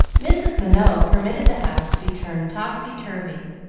mrs. minot permitted the house to be turned topsy-turvy,